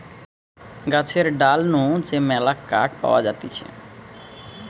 গাছের ডাল নু যে মেলা কাঠ পাওয়া যাতিছে